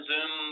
Zoom